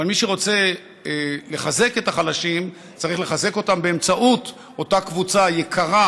אבל מי שרוצה לחזק את החלשים צריך לחזק אותם באמצעות אותה קבוצה יקרה,